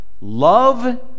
love